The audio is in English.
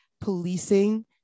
policing